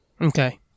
Okay